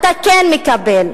אתה כן מקבל,